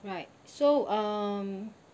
right so um